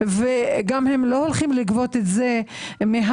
וגם הם לא הולכים לגבות את זה מהילדים.